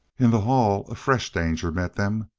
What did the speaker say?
in the hall a fresh danger met them.